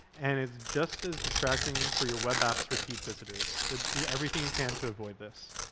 and it's just as distracting for your web ah app's repeat visitors, so do everything you can to avoid this.